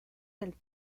del